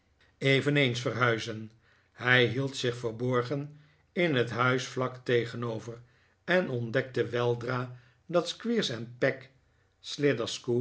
eens verhuizen hij hield zich verborgen in het huis vlak er tegenover en ontdekte weldra dat